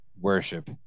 worship